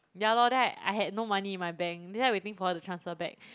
ya lor then I I had no money in my bank that's why waiting for her to transfer back